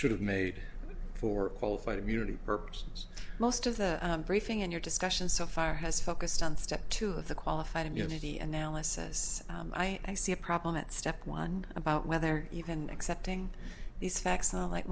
should have made for qualified immunity purposes most of the briefing in your discussion so far has focused on step two of the qualified immunity analysis i see a problem at step one about whether even accepting these facts like